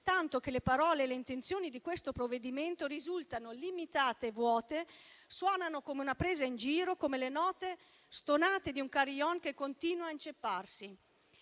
tanto che le parole e le intenzioni del provvedimento al nostro esame risultano limitate e vuote e suonano come una presa in giro come le note stonate di un *carillon* che continua a incepparsi.